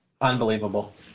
Unbelievable